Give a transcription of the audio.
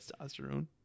Testosterone